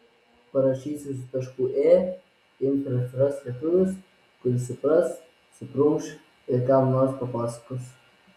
parašysi su tašku ė ims ir atsiras lietuvis kuris supras suprunkš ir kam nors papasakos